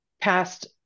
past